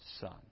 Son